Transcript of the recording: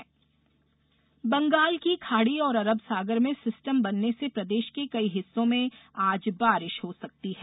मौसम बंगाल की खाड़ी और अरब सागर में सिस्टम बनने से प्रदेश के कई हिस्सों में आज बारिश हो सकती है